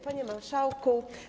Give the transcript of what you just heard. Panie Marszałku!